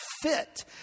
fit